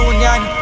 Union